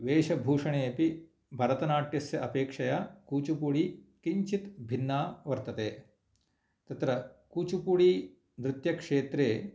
वेषभूषणे अपि भरतनाट्यस्य अपेक्षया कूचिपूडी किञ्चित् भिन्ना वर्तते तत्र कूचिपूडी नृत्यक्षेत्रे